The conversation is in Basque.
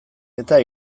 eta